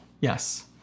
Yes